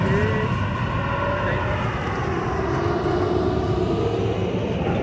ते किश्तियां चाहिदियां